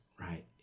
right